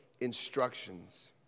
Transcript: instructions